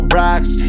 rocks